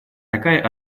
такая